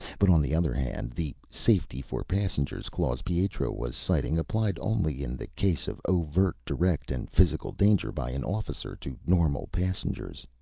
but on the other hand, the safety for passengers clause pietro was citing applied only in the case of overt, direct and physical danger by an officer to normal passengers.